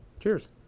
Cheers